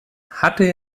hatte